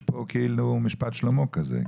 יש פה כאילו משפט שלמה כזה,